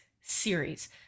series